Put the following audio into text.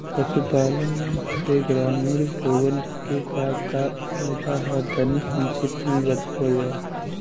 पशुपालन से ग्रामीण लोगन के का का फायदा ह तनि संक्षिप्त में बतावल जा?